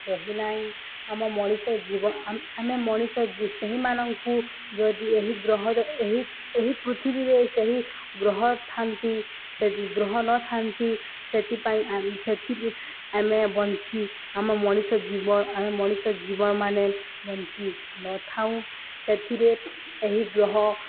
ରହିନାହିଁ ଆମ ମଣିଷ ଜୀବ ଆମେ ମଣିଷ ସେହିମାନଙ୍କୁ ଯଦି ଏହି ଗ୍ରହ ଏହି ଏହି ପୃଥିବୀରେ ସେହି ଗ୍ରହ ଥାନ୍ତି ସେ ଗ୍ରହ ନଥାନ୍ତି ସେଥିପାଇଁ ସେଥିରେ ଆମେ ବଞ୍ଚି ଆମ ମଣିଷ ଜୀବ ଆମେ ମଣିଷ ଜୀବନ ମାନେ ବଞ୍ଚିନଥାଉ ସେଥିରେ ଏହି ଗ୍ରହ